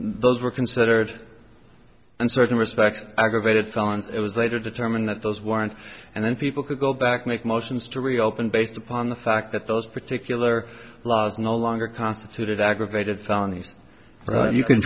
those were considered and certain respects aggravated felons it was later determined that those weren't and then people could go back make motions to reopen based upon the fact that those particular laws no longer constituted aggravated f